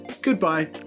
goodbye